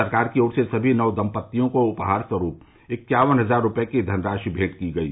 सरकार की ओर से सभी नव दम्पतियों को उपहार स्वरूप इक्यावन हजार रूपये की धनराशि भेंट की गयी